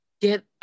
Get